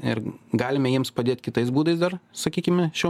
ir galime jiems padėt kitais būdais dar sakykime šiuo